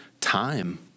time